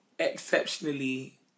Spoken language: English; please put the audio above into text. exceptionally